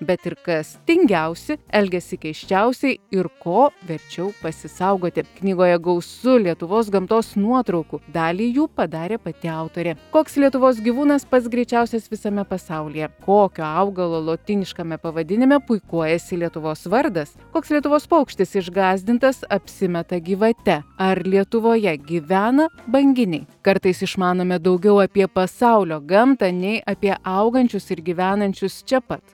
bet ir kas tingiausi elgiasi keisčiausiai ir ko verčiau pasisaugoti knygoje gausu lietuvos gamtos nuotraukų dalį jų padarė pati autorė koks lietuvos gyvūnas pats greičiausias visame pasaulyje kokio augalo lotyniškame pavadinime puikuojasi lietuvos vardas koks lietuvos paukštis išgąsdintas apsimeta gyvate ar lietuvoje gyvena banginiai kartais išmanome daugiau apie pasaulio gamtą nei apie augančius ir gyvenančius čia pat